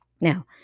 Now